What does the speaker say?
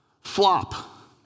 flop